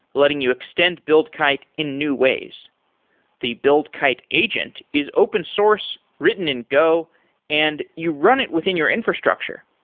letting you extend buildkite in new ways the buildkite agent is open source, written in go and you run it within your infrastructure.